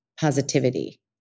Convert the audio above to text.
positivity